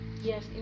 yes